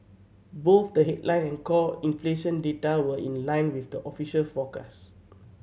both the headline and core inflation data were in line with the official forecast